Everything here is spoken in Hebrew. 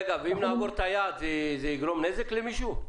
ואם נעבור את היעד, זה יגרום נזק למישהו?